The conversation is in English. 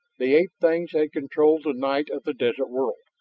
the ape-things had controlled the night of the desert world.